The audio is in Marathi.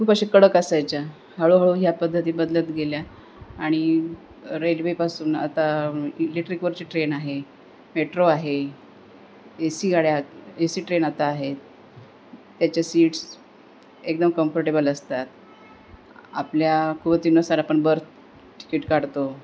खूप असे कडक असायच्या हळूहळू ह्या पद्धती बदलत गेल्या आणि रेल्वेपासून आता इलेक्ट्रिकवरचे ट्रेन आहे मेट्रो आहे ए सी गाड्या ए सी ट्रेन आता आहेत त्याचे सीट्स एकदम कम्फर्टेबल असतात आपल्या कुवतीनुसार आपण बर्थ तिकीट काढतो